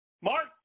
Mark